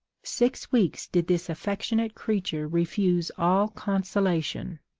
six weeks did this affectionate creature refuse all consolation,